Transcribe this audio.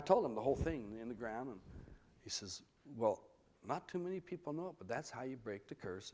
i told him the whole thing on the ground and he says well not too many people know but that's how you break the curse